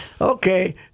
okay